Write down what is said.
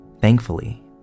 Thankfully